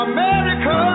America